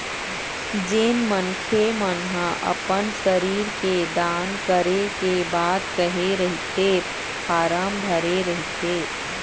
जेन मनखे मन ह अपन शरीर के दान करे के बात कहे रहिथे फारम भरे रहिथे